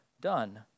done